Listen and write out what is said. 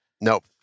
Nope